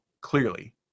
clearly